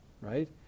right